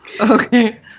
Okay